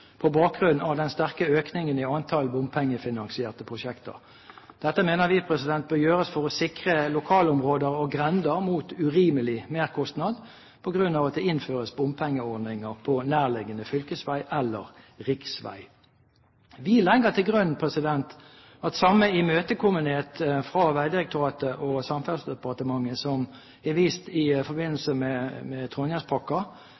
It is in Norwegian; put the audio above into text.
på bakgrunn av den sterke økningen i antall bompengefinansierte prosjekter. Dette mener vi bør gjøres for å sikre lokalområder og grender mot urimelig merkostnad på grunn av at det innføres bompengeordninger på nærliggende fylkesvei eller riksvei. Vi legger til grunn at samme imøtekommenhet fra Vegdirektoratet og Samferdselsdepartementet som er vist i